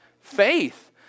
Faith